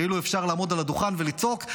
כאילו אפשר לעמוד על הדוכן ולצעוק,